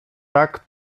tak